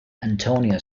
antonio